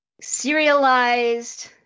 serialized